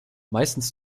meistens